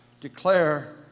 declare